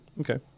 Okay